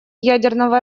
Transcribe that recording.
ядерного